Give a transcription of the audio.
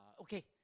Okay